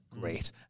Great